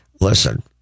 Listen